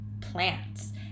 plants